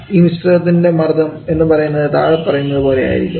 ഈ മിശ്രിതത്തിൻറെ മർദ്ദം എന്നുപറയുന്നത് താഴെ പറയുന്നത് പോലെ ആയിരിക്കും